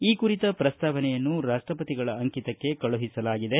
ಈ ಕುರಿತ ಪ್ರಸ್ತಾವನೆಯನ್ನು ರಾಷ್ಷಪತಿಗಳ ಅಂಕಿತಕ್ಕೆ ಕಳುಹಿಸಲಾಗಿದೆ